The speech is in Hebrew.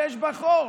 אבל יש בה חור.